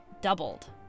doubled